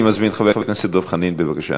אני מזמין את חבר הכנסת דב חנין, בבקשה.